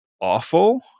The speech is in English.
awful